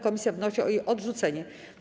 Komisja wnosi o jej odrzucenie.